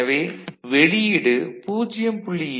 எனவே வெளியீடு 0